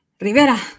Rivera